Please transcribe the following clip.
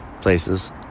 places